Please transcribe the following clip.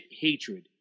hatred